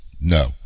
No